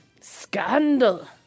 Scandal